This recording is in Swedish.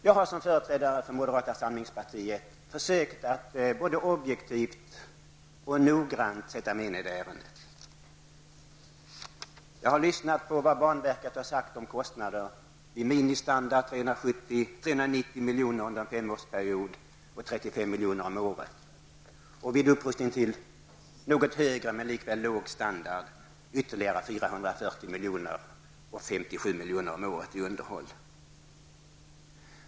Jag har som företrädare för moderata samlingspartiet försökt att både objektivt och noggrant sätta mig in i ärendet. Jag har lyssnat till vad banverket sagt om kostnaderna: vid minimistandard 390 miljoner under en femårsperiod och 35 miljoner om året i underhåll samt vid upprustning till en något högre men likväl låg standard ytterligare 440 miljoner och 57 miljoner om året i underhåll.